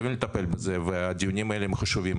אז אנחנו חייבים לטפל בזה והדיונים האלה הם חשובים.